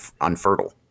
unfertile